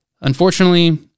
Unfortunately